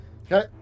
Okay